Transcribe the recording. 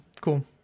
Cool